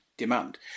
demand